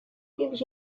gives